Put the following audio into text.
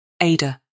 Ada